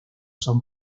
son